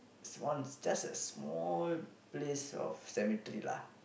one just a small place of cemetery lah